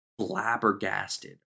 blabbergasted